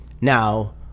Now